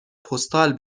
پستال